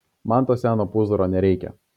man to seno pūzro nereikia